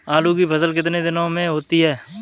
आलू की फसल कितने दिनों में होती है?